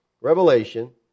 Revelation